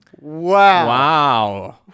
Wow